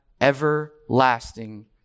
everlasting